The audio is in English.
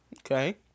Okay